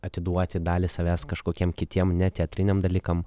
atiduoti dalį savęs kažkokiem kitiem ne teatriniam dalykam